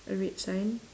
a red sign